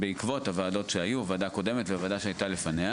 בעקבות הוועדות שהיו הוועדה הקודמת והוועדה שהייתה לפניה